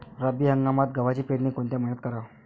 रब्बी हंगामात गव्हाची पेरनी कोनत्या मईन्यात कराव?